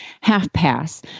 half-pass